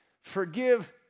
Forgive